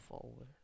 forward